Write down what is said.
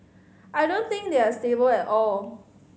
I don't think they are stable at all